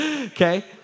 Okay